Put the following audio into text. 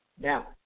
Now